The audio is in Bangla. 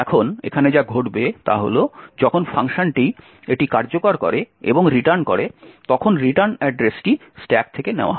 এখন এখানে যা ঘটবে তা হল যখন ফাংশনটি এটি কার্যকর করে এবং রিটার্ন করে তখন রিটার্ন অ্যাড্রেসটি স্ট্যাক থেকে নেওয়া হয়